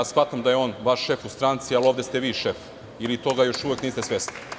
Shvatam da je on vaš šef u stranci, ali ovde ste vi šef ili toga još uvek niste svesni.